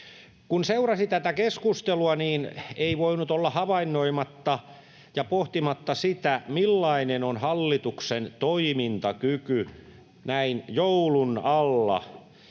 Kun seurasi tätä keskustelua, niin ei voinut olla havainnoimatta ja pohtimatta sitä, millainen on hallituksen toimintakyky näin joulun alla.